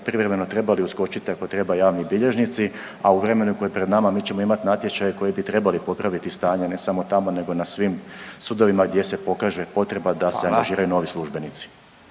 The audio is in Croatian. privremeno trebali uskočit ako treba javni bilježnici, a u vremenu koje je pred nama mi ćemo imat natječaj koji bi trebali popraviti stanje ne samo tamo nego na svim sudovima gdje se pokaže potreba da se angažiraju novi službenici.